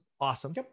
Awesome